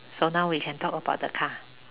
so now we can talk about the car